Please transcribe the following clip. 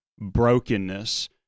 brokenness